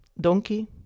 donkey